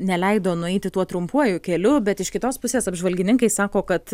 neleido nueiti tuo trumpuoju keliu bet iš kitos pusės apžvalgininkai sako kad